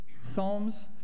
Psalms